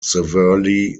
severely